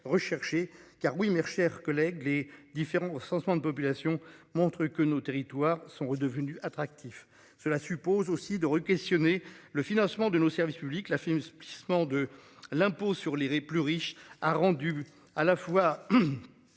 recherchés car oui, chers collègues, les différents recensements de population montre que nos territoires sont redevenus attractifs. Cela suppose aussi de requestionner. Le financement de nos services publics la filme ce glissement de l'impôt sur les re-plus riches a rendu à la fois.